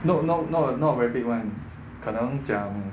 no no no not very big one 可能讲